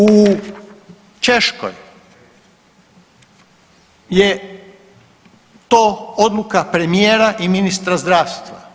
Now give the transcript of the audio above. U Češkoj je to odluka premijera i ministra zdravstva.